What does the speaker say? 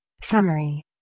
Summary